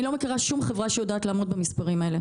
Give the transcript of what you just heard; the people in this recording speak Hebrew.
אני לא מכירה שום חברה שיודעת לעמוד במספרים האלה.